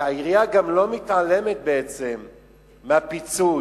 והעירייה גם לא מתעלמת בעצם מהפיצוי